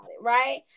right